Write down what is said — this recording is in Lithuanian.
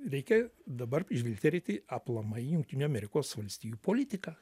reikia dabar žvilgterėti aplamai į jungtinių amerikos valstijų politiką